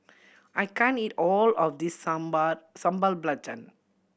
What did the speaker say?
I can't eat all of this sambal Sambal Belacan